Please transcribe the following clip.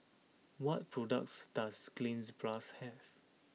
what products does Cleanz plus have